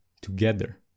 together